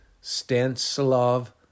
Stanislav